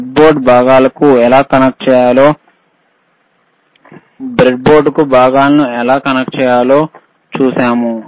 బ్రెడ్బోర్డుకు భాగాలను ఎలా కనెక్ట్ చేయాలో అప్పుడు చూశాము